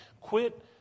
Quit